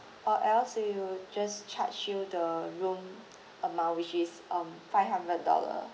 or else we will just charge you the room amount which is um five hundred dollars